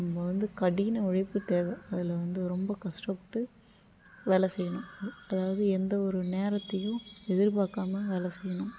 நம்ம வந்து கடின உழைப்பு தேவை அதில் வந்து ரொம்ப கஷ்டப்பட்டு வேலை செய்யணும் அதாவது எந்த ஒரு நேரத்தையும் எதிர்பாக்காமல் வேலை செய்யணும்